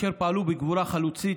אשר פעלו בגבורה חלוצית,